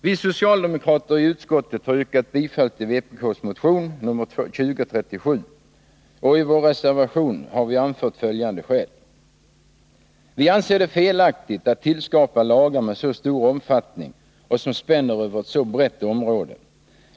Vi socialdemokrater i utskottet har stött vpk:s motion, nr 2037, och i vår reservation har vi anfört följande skäl. Vi anser det felaktigt att skapa lagar som har så stor omfattning och som spänner över ett så brett område.